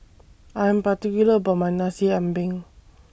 I Am particular about My Nasi Ambeng